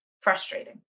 frustrating